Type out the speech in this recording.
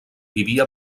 vivia